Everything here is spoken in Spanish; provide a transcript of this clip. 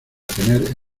tener